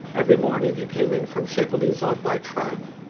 every morning he came in from chapelizod by tram.